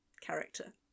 character